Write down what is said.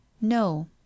No